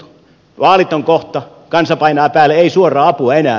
vaalit ovat kohta kansa painaa päälle ei suoraa apua enää